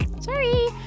sorry